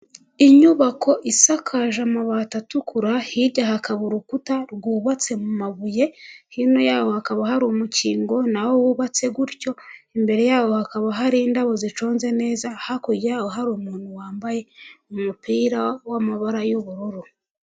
Inyubako isakaje amabati atukura, hirya hakaba urukuta rwubatse mu mabuye, hino yaho hakaba hari umukingo nawo wubatse gutyo, imbere yabo hakaba hari indabo ziconze neza hakurya yaho hari umuntu wambaye umupira w'amabara y'ubururu.